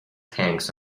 tanks